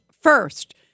first